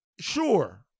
Sure